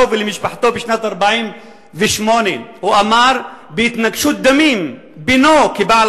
ולמשפחתו בשנת 1948. הוא אמר: בהתנגשות דמים בינו כבעל